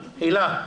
הילה.